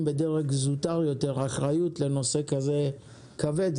בדרג זוטר יותר אחריות לנושא כזה כבד,